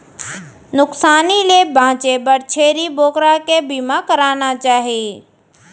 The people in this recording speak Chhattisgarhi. नुकसानी ले बांचे बर छेरी बोकरा के बीमा कराना चाही